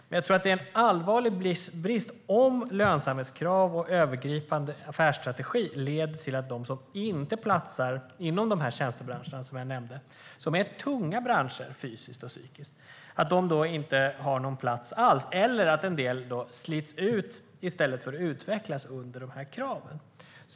Men jag tror att det är en allvarlig brist om lönsamhetskrav och övergripande affärsstrategi leder till att de som inte platsar inom de tjänstebranscher som jag nämnde, som är tunga branscher fysiskt och psykiskt, inte har någon plats alls eller att en del slits ut under de här kraven i stället för att utvecklas.